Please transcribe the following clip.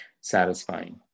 satisfying